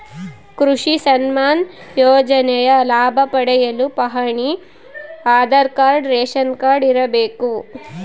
ಕೃಷಿ ಸನ್ಮಾನ್ ಯೋಜನೆಯ ಲಾಭ ಪಡೆಯಲು ಪಹಣಿ ಆಧಾರ್ ಕಾರ್ಡ್ ರೇಷನ್ ಕಾರ್ಡ್ ಇರಬೇಕು